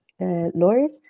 lawyers